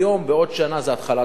בעוד שנה זה התחלת בנייה.